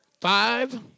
five